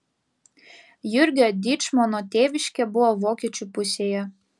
jurgio dyčmono tėviškė buvo vokiečių pusėje